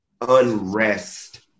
unrest